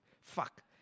fuck